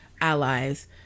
allies